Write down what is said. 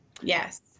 Yes